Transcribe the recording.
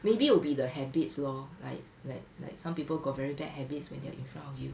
maybe it will be the habits lor like like like some people got very bad habits when they are in front of you